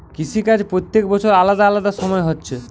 কৃষি কাজ প্রত্যেক বছর আলাদা আলাদা সময় হচ্ছে